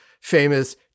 famous